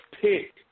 pick